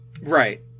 Right